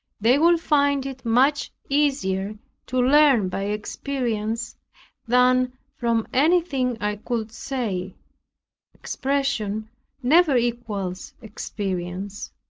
they will find it much easier to learn by experience than from anything i could say expression never equals experience.